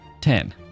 ten